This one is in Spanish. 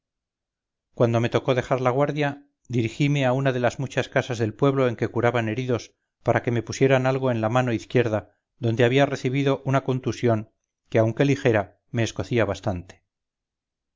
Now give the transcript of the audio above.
cuando me tocó dejar la guardia dirigime a una de las muchas casas del pueblo en que curaban heridos para que me pusieran algo en la mano izquierda donde había recibido una contusión que aunque ligera me escocía bastante